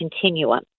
continuum